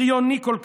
בריוני כל כך,